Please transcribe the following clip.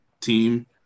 team